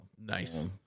Nice